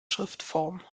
schriftform